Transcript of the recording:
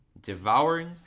devouring